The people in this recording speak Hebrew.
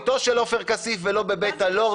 לא ליד ביתו של עופר כסיף ולא בבית הלורדים.